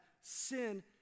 sin